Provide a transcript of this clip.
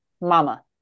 Mama